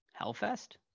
Hellfest